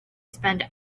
spend